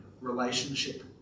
relationship